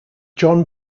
john